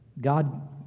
God